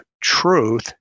truth